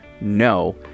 no